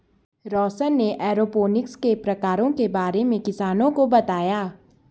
रौशन ने एरोपोनिक्स के प्रकारों के बारे में किसानों को बताया